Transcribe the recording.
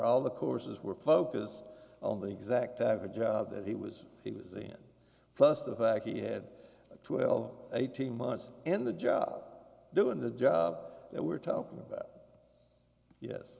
all the courses were focused on the exact ever job that he was he was in plus the fact he had a twelve eighteen months in the job doing the job that we're talking about yes